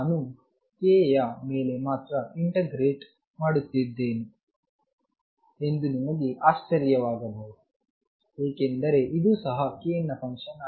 ನಾನು k ಯ ಮೇಲೆ ಮಾತ್ರ ಏಕೆ ಇಂಟರ್ಗ್ರೇಟ್ ಮಾಡುತ್ತಿದ್ದೇನೆ ಎಂದು ನಿಮಗೆ ಆಶ್ಚರ್ಯವಾಗಬಹುದು ಏಕೆಂದರೆ ಇದು ಸಹ k ನ ಫಂಕ್ಷನ್ ಆಗಿದೆ